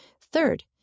Third